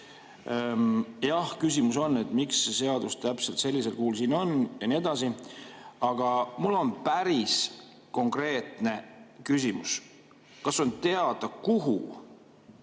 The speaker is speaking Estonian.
Jah, küsimus on, miks see seadus täpselt sellisel kujul siin on, ja nii edasi. Aga mul on päris konkreetne küsimus: kas on teada, kuhu